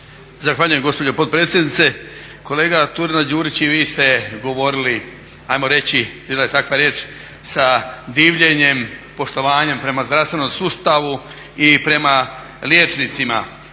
Zahvaljujem gospođo potpredsjednice. Kolegice Turina-Đurić i vi ste govorili, ajmo reći bila je takva riječ, sa divljenjem, poštovanjem prema zdravstvenom sustavu i prema liječnicima